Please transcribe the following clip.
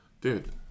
dude